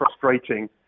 frustrating